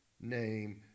name